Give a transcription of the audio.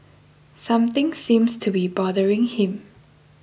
something seems to be bothering him